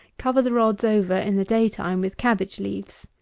cover the rows over in the day-time with cabbage leaves,